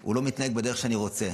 הוא לא מתנהג בדרך שאני רוצה.